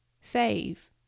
save